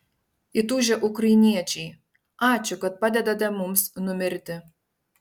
įtūžę ukrainiečiai ačiū kad padedate mums numirti